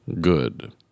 Good